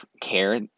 care